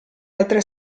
altre